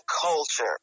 culture